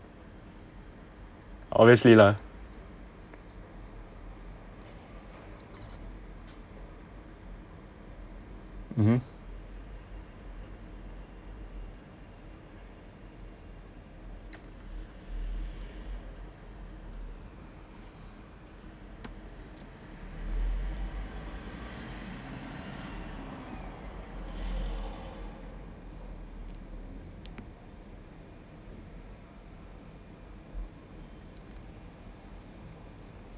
obviously lah mmhmm